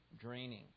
draining